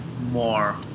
more